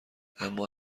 اما